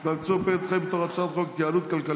הוא יודע?